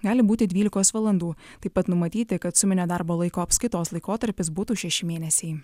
gali būti dvylikos valandų taip pat numatyti kad suminio darbo laiko apskaitos laikotarpis būtų šeši mėnesiai